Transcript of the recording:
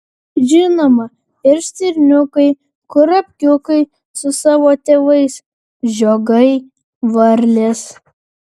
žinoma ir stirniukai kurapkiukai su savo tėvais žiogai varlės